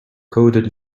coded